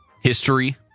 History